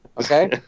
okay